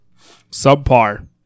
subpar